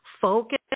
focus